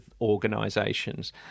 organisations